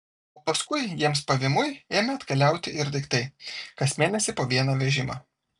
o paskui jiems pavymui ėmė atkeliauti ir daiktai kas mėnesį po vieną vežimą